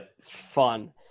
fun